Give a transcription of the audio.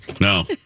no